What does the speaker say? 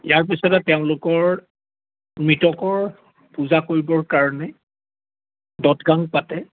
ইয়াৰ পিছতে তেওঁলোকৰ মৃতকৰ পূজা কৰিবৰ কাৰণে দত গাং পাতে